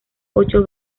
ocho